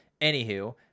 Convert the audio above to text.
anywho